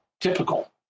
typical